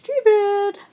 stupid